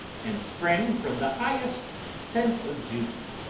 and spring from the highest sense of duty.